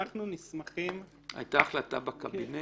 אנחנו נסמכים --- הייתה החלטה בקבינט?